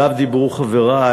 שעליו דיברו חברי,